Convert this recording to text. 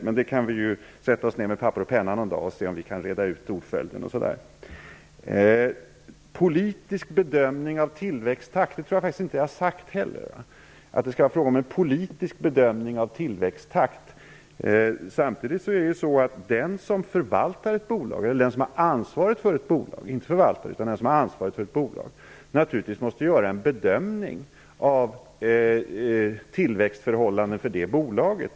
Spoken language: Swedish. Men vi kan ju sätta oss ner någon dag med papper och penna och se om vi kan reda ut ordföljden osv. Jag tror faktiskt inte heller att jag har talat om politisk bedömning av tillväxttakten. Men den som har ansvaret för ett bolag måste naturligtvis göra en bedömning av tillväxtförhållandena för det bolaget.